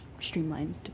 streamlined